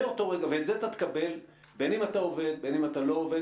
מותאמים אישית לאדם והמשרדים לא יכולים לשאת בהוצאות